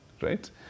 right